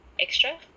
extra